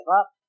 up